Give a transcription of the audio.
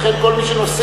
לכן כל מי שנוסע,